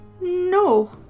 No